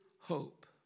hope